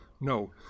no